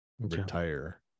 retire